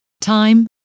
time